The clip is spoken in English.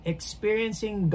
Experiencing